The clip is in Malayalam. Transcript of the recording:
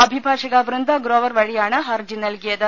അഭിഭാഷക വ്യന്ദ ഗ്രോവർ വഴിയാണ് ഹർജി നൽകിയത്